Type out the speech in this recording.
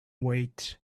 wait